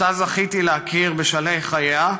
שאותה זכיתי להכיר בשלהי חייה,